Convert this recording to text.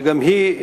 שגם היא,